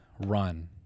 run